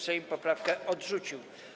Sejm poprawkę odrzucił.